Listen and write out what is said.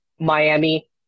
Miami